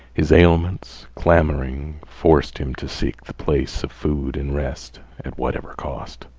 his ailments, clamoring, forced him to seek the place of food and rest, at whatever cost.